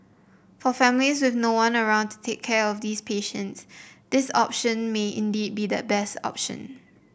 for families with no one around to take care of these patients this option may indeed be the best option